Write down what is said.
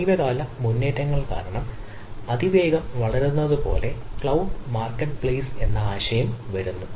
സമീപകാല മുന്നേറ്റങ്ങൾ കാരണം അതിവേഗം വളരുന്നതുപോലെ ക്ലൌഡ് മാർക്കറ്റ്പ്ലെയ്സ് എന്ന ആശയം വരുന്നു